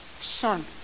Son